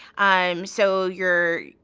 um so you're,